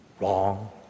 wrong